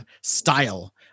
style